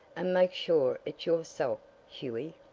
and make sure it's yourself, hughie.